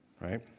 Right